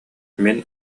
мин